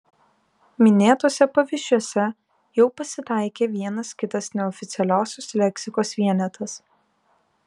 minėtuose pavyzdžiuose jau pasitaikė vienas kitas neoficialiosios leksikos vienetas